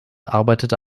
arbeitete